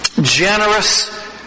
Generous